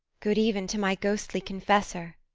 good-even to my ghostly confessor.